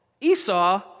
Esau